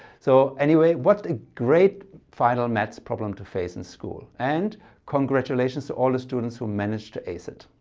so anyway what a great final maths problem to face in school and congratulations to all the students who managed to ace it.